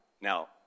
Now